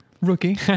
Rookie